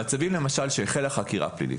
למשל במצבים שהחלה חקירה פלילית,